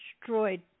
destroyed